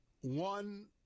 one